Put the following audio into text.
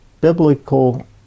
biblical